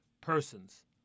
Persons